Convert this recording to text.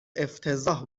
افتضاح